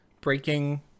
breaking